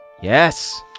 Yes